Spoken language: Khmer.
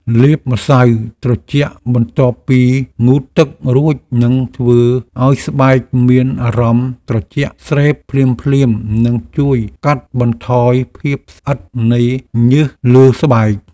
លាបម្ស៉ៅត្រជាក់បន្ទាប់ពីងូតទឹករួចនឹងធ្វើឱ្យស្បែកមានអារម្មណ៍ត្រជាក់ស្រេបភ្លាមៗនិងជួយកាត់បន្ថយភាពស្អិតនៃញើសលើស្បែក។